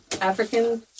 African